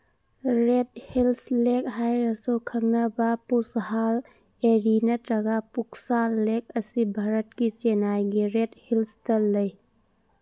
rate Hills lake ꯍꯥꯏꯔꯁꯨ ꯈꯪꯅꯕ ꯄꯨꯁꯍꯥꯜ ꯑꯦꯔꯤ ꯅꯠꯇ꯭ꯔꯒ ꯄꯨꯛꯁꯥꯜ ꯂꯦꯛ ꯑꯁꯤ ꯚꯥꯔꯠꯀꯤ ꯆꯦꯅꯥꯏꯒꯤ ꯔꯦꯠ ꯍꯤꯜꯁꯇ ꯂꯩ